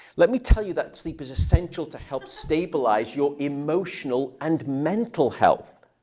let me tell you that sleep is essential to help stabilize your emotional and mental health.